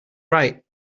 right